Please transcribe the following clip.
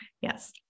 Yes